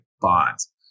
bonds